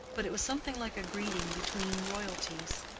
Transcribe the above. but it was something like a greeting between royalties.